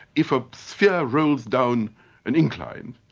if a sphere rolls down an incline,